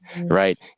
right